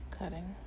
cutting